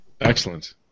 Excellent